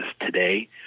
today